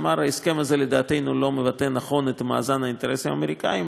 הוא אמר: ההסכם הזה לדעתנו לא מבטא נכון את מאזן האינטרסים האמריקניים,